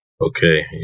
Okay